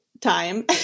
time